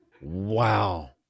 wow